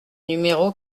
numéro